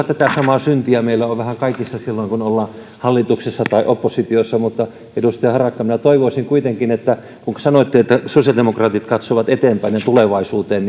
tätä samaa syntiä on vähän kaikissa meissä kun ollaan välillä hallituksessa tai oppositiossa mutta edustaja harakka minä toivoisin kuitenkin kun kun sanoitte että sosiaalidemokraatit katsovat eteenpäin ja tulevaisuuteen